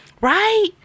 right